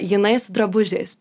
jinai su drabužiais